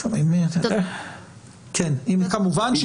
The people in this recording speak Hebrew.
כשתחליט,